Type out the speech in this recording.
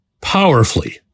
powerfully